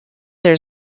there